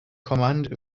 command